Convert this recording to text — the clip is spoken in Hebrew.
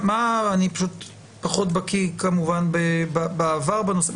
אני פשוט פחות בקיא כמובן בעבר בנושא.